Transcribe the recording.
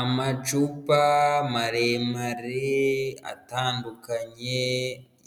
Amacupa maremare atandukanye,